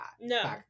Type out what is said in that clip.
no